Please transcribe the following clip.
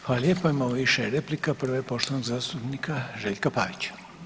Hvala lijepa, imamo više replika prva je poštovanog zastupnika Željka Pavića.